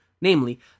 namely